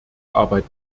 arbeit